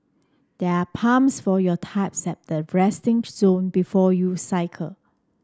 there are pumps for your tyres at the resting zone before you cycle